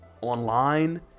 online